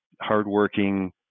hardworking